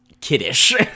kiddish